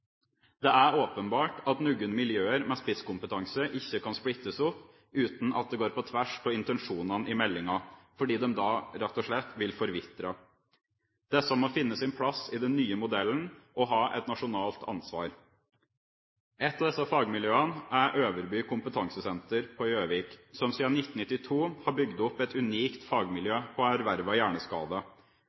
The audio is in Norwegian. Det er åpenbart at noen miljøer med spisskompetanse ikke kan splittes opp uten at det går på tvers av intensjonene i meldinga, fordi de da rett og slett vil forvitre. Disse må finne sin plass i den nye modellen og ha et nasjonalt ansvar. Et av disse fagmiljøene er Øverby kompetansesenter på Gjøvik, som siden 1992 har bygd opp et unikt fagmiljø på ervervet hjerneskade.